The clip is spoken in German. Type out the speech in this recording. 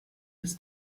des